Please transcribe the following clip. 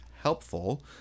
helpful